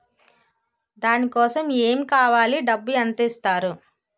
దాని కోసం ఎమ్ కావాలి డబ్బు ఎంత ఇస్తారు?